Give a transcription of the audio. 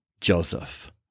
Joseph